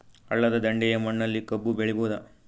ಹಳ್ಳದ ದಂಡೆಯ ಮಣ್ಣಲ್ಲಿ ಕಬ್ಬು ಬೆಳಿಬೋದ?